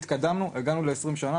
התקדמנו והגענו ל-20 שנה,